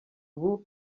ubu